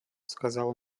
сказал